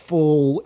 Full